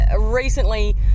recently